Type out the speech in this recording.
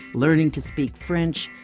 learning to speak french,